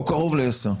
או קרוב ל-10.